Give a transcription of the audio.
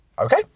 Okay